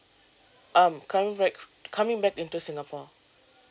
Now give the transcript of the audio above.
um coming back coming back into singapore